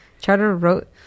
Charter-wrote